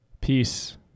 Peace